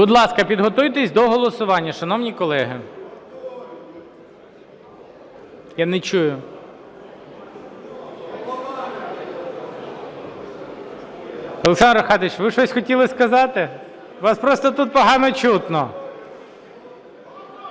Будь ласка, підготуйтесь до голосування, шановні колеги. Олександр Рафкатович, ви щось хотіли сказати? Вас просто тут погано чутно.